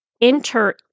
enter